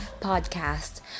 podcast